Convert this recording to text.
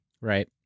Right